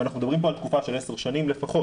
ואנחנו מדברים פה על תקופה של עשר שנים לפחות.